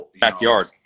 backyard